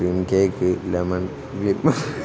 cake lemon